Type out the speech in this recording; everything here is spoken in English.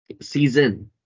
season